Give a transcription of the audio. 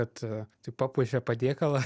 bet tai papuošia patiekalą